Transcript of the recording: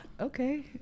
okay